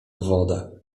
woda